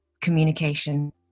communication